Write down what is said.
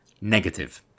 negative